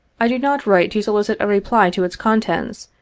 i do not write to solicit a reply to its contents,